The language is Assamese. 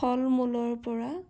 ফলমূলৰপৰা